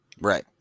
Right